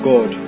God